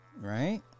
Right